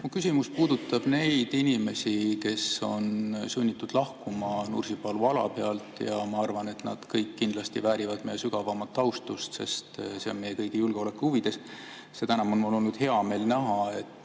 küsimus puudutab neid inimesi, kes on sunnitud lahkuma Nursipalu alalt, ja ma arvan, et nad kõik kindlasti väärivad meie sügavaimat austust, sest see on meie kõigi julgeoleku huvides. Seda enam on mul hea meel näha, et